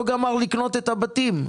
לא גמר לקנות את הבתים.